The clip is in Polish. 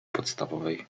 podstawowej